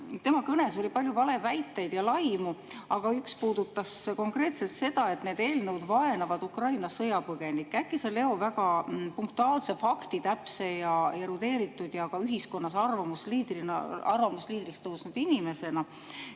Tema kõnes oli palju valeväiteid ja laimu, aga üks neist puudutas konkreetselt seda, et need eelnõud vaenavad Ukraina sõjapõgenikke. Äkki sa, Leo, väga punktuaalse, faktitäpse, erudeeritud ja ka ühiskonnas arvamusliidriks tõusnud inimesena